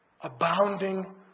abounding